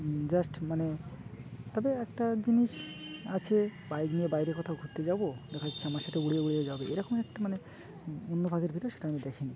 just মানে তবে একটা জিনিস আছে বাইক নিয়ে বাইরে কোথাও ঘুরতে যাব দেখা যাচ্ছে আমার সাথে উড়ে উড়িয়ে যাবে এরকম একটা মানে অন্য ভাগের ভিতর সেটা আমি দেখিনি